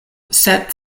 sed